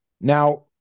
Now